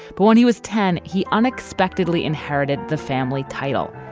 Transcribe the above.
but when he was ten, he unexpectedly inherited the family title,